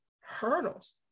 hurdles